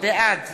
בעד